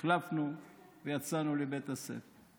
החלפנו ויצאנו לבית הספר.